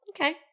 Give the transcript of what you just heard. Okay